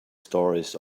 stories